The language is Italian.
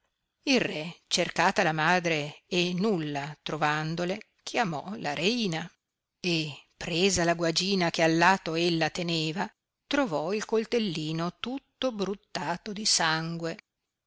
il re cercata la madre e nulla trovandole chiamò la reina e presa la guagina che al lato ella teneva trovò il coltellino tutto bruttato di sangue